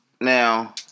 Now